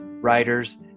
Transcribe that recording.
writers